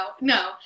No